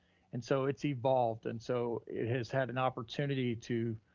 and so it's evolved and so it has had an opportunity to